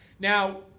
Now